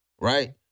right